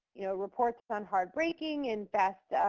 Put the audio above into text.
you know, reports on hard braking and fast,